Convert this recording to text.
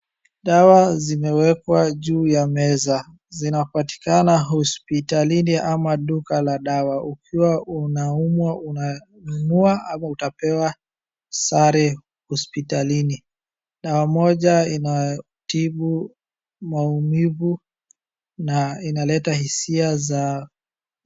Dawa zimewekwa uu ya meza, zinapatikana hospitalini ama duka la dawa, ukiwa unaumwa unanunua ama utapewa sare hospitalini, na moja inatibu maumivu na inaleta hisia za.